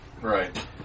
right